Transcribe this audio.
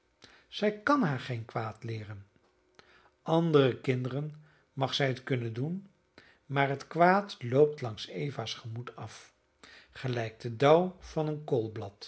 zij kan haar geen kwaad leeren andere kinderen mag zij het kunnen doen maar het kwaad loopt langs eva's gemoed af gelijk de dauw van een